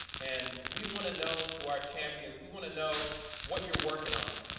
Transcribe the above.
and we want to know, to our champions, we want to know what you're working on.